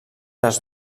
les